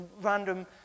random